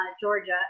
Georgia